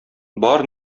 бар